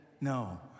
no